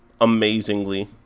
amazingly